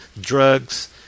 drugs